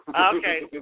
Okay